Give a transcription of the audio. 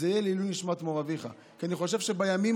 זה יהיה לעילוי נשמת מו"ר אביך,